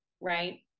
right